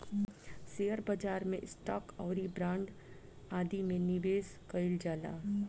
share बाजार में stock आउरी बांड आदि में निबेश कईल जाला